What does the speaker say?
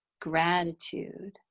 Gratitude